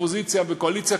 אופוזיציה וקואליציה,